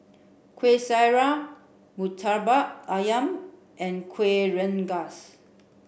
Kueh Syara Murtabak Ayam and Kueh Rengas